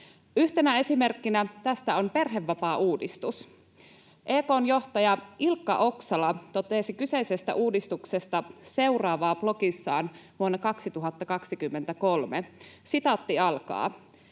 Yhtenä esimerkkinä tästä on perhevapaauudistus. EK:n johtaja Ilkka Oksala totesi kyseisestä uudistuksesta seuraavaa blogissaan vuonna 2023: